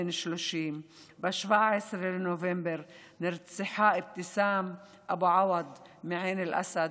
בן 30. ב-17 בנובמבר נרצחה אבתסאם אבו עואד מעין אל-אסד,